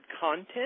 content